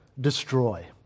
destroy